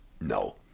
No